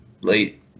late